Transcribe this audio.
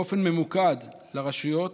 באופן ממוקד לרשויות,